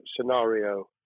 scenario